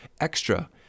extra